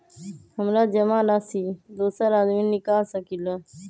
हमरा जमा राशि दोसर आदमी निकाल सकील?